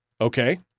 Okay